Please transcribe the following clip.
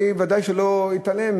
אני ודאי שלא אתעלם,